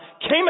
came